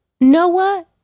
Noah